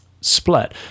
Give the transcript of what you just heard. split